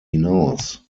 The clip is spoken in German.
hinaus